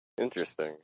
Interesting